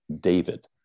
David